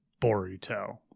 Boruto